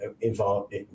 involved